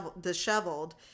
disheveled